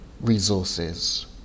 resources